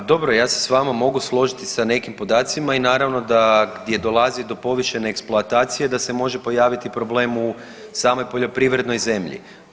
Pa dobro ja se s vama mogu složiti sa nekim podacima i naravno da gdje dolazi do povišene eksploatacije da se može pojaviti problem u samoj poljoprivrednoj zemlji.